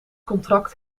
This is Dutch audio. contract